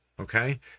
okay